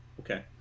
okay